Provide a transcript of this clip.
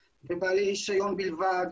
--- בלבד,